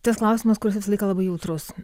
tas klausimas kuris visą laiką labai jautrus